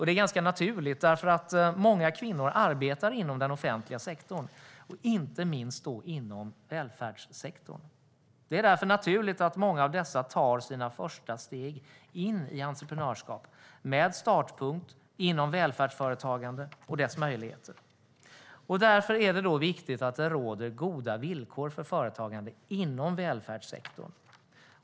Det är ganska naturligt eftersom många kvinnor arbetar inom den offentliga sektorn, inte minst inom välfärdssektorn. Det är därför naturligt att många tar sina första steg in i entreprenörskap med startpunkt i välfärdsföretagande och dess möjligheter. Det är därför viktigt att det råder goda villkor för företagande inom välfärdssektorn.